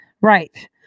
Right